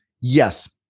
Yes